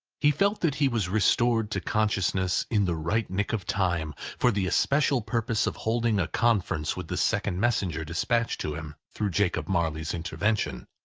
he felt that he was restored to consciousness in the right nick of time, for the especial purpose of holding a conference with the second messenger despatched to him through jacob marley's intervention.